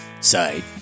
side